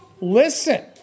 listen